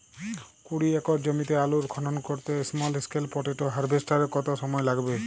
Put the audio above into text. কুড়ি একর জমিতে আলুর খনন করতে স্মল স্কেল পটেটো হারভেস্টারের কত সময় লাগবে?